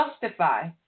justify